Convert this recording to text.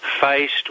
faced